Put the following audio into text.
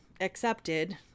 Accepted